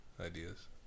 ideas